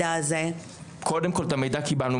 אנשי מקצוע.